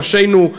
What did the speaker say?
ואנשינו,